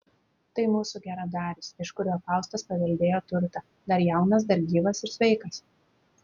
tai mūsų geradaris iš kurio faustas paveldėjo turtą dar jaunas dar gyvas ir sveikas